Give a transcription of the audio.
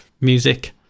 music